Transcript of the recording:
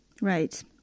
Right